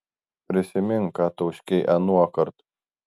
prisimink ką tauškei anuokart